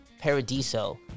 Paradiso